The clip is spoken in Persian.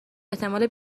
احتمال